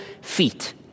feet